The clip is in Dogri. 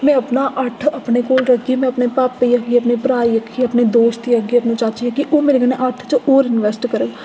में अपना अट्ठ अपने कोल रखगी में अपने भापै गी आखगी अपने भ्राऽ गी आखगी अपने दोस्त गी आखगी अपने चाचे गी आखगी ओह् मेरे कन्नै अट्ठ च होर इनवैस्ट करन